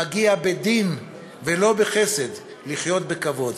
מגיע בדין ולא בחסד לחיות בכבוד.